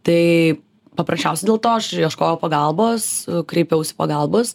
tai paprasčiausiai dėl to aš ir ieškojau pagalbos kreipiausi pagalbos